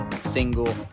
single